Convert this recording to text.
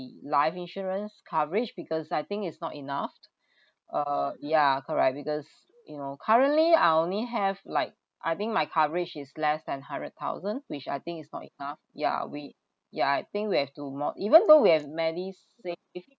the life insurance coverage because I think it's not enough uh ya correct because you know currently I only have like I think my coverage is less than hundred thousand which I think is not enough ya we ya I think we have to more even though we have many saving